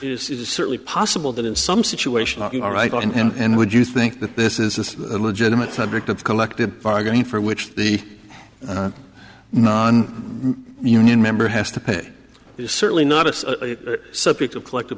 is certainly possible that in some situations you are right and would you think that this is a legitimate subject of collective bargaining for which the non union member has to pay is certainly not a subject of collective